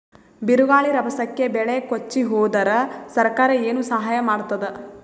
ಬಿರುಗಾಳಿ ರಭಸಕ್ಕೆ ಬೆಳೆ ಕೊಚ್ಚಿಹೋದರ ಸರಕಾರ ಏನು ಸಹಾಯ ಮಾಡತ್ತದ?